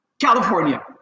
California